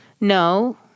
No